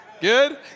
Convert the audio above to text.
Good